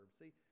See